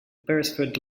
beresford